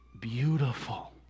beautiful